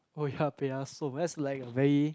oh you're happy ah so that's like a very